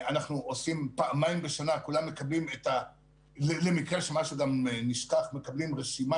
פעמיים בשנה למקרה שמשהו נשכח כולם מקבלים רשימה